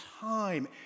time